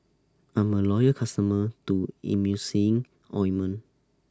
I'm A Loyal customer to Emulsying Ointment